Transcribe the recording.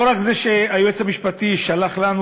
זה לא רק מה שהיועץ המשפטי שלח לנו.